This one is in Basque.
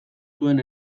zuen